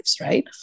right